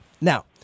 Now